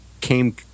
came